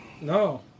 No